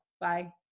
Bye